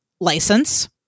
license